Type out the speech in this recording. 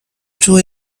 true